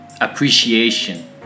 appreciation